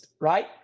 right